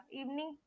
evening